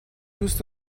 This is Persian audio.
دوست